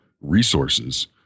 resources